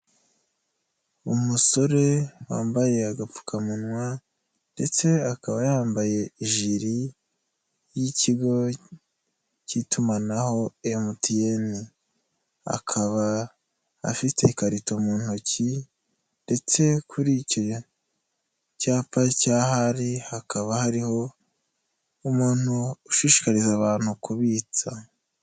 Umusore wambaye agapfukamunwa ndetse akaba yambaye ijiri y'ikigo cy'itumanaho MTN, akaba afite ikarito mu ntoki ndetse kuri icyo cyapa cy'ahari hakaba hariho umuntu ushishikariza abantu kubitsa.